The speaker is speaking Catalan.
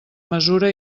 mesura